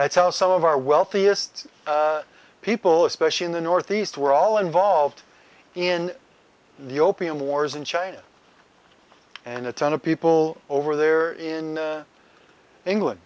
that's how some of our wealthiest people especially in the northeast were all involved in the opium wars in china and a ton of people over there in england